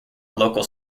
local